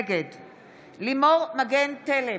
נגד לימור מגן תלם,